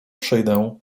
przyjdę